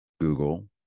Google